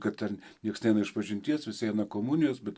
kad ten nieks neina išpažinties visi eina komunijos bet